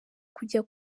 kujya